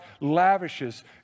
lavishes